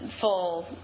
full